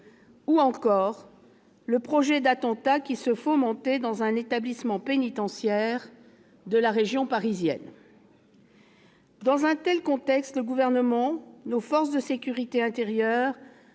ou encore avec le projet d'attentat qui se fomentait dans un établissement pénitentiaire de la région parisienne. Dans un tel contexte, le Gouvernement, nos forces de sécurité intérieure